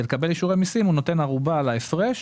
לקבל אישורי מיסים הוא נותן ערובה על ההפרש.